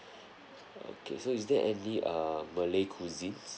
okay so is there any err malay cuisines